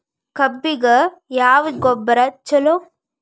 ಕಬ್ಬಿಗ ಯಾವ ಗೊಬ್ಬರ ಛಲೋ?